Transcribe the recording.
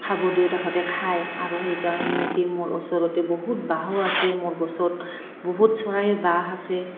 খাব দিওঁ তাহাঁতে খায় আৰু সেইকাৰণে নেকি মোৰ ওচৰতে বহুত বাহো আছে মোৰ গছত বহুত চৰাইৰ বাহ আছে